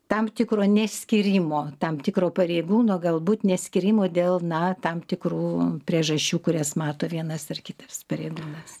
tam tikro neskyrimo tam tikro pareigūno galbūt neskyrimo dėl na tam tikrų priežasčių kurias mato vienas ar kitas pareigūnas